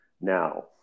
Now